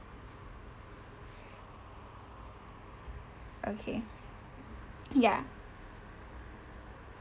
okay ya